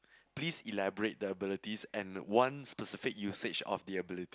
please elaborate the abilities and one specific usage of the ability